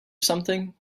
something